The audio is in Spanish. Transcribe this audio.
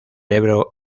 ebro